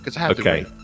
Okay